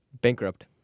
bankrupt